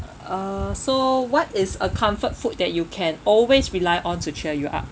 uh so what is a comfort food that you can always rely on to cheer you up